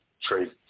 trade